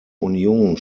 union